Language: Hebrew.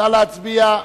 נא להצביע.